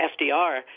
FDR